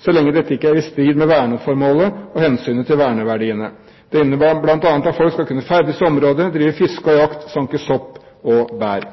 så lenge dette ikke er i strid med verneformålet og hensynet til verneverdiene. Det innebærer bl.a. at folk skal kunne ferdes i området, drive fiske og jakt, sanke sopp og bær.